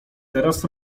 teraz